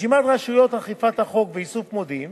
רשימת רשויות אכיפת החוק באיסוף מודיעין